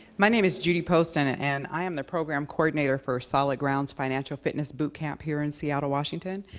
my name is judy poston, ah and i am the program coordinator for solid grounds financial fitness boot camp here in seattle, washington.